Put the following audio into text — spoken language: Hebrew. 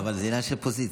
אבל זה עניין של פוזיציה,